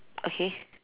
okay